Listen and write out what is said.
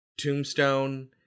tombstone